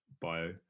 bio